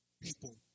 people